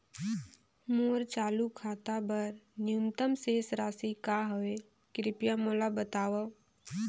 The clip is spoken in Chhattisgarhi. मोर चालू खाता बर न्यूनतम शेष राशि का हवे, कृपया मोला बतावव